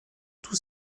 tous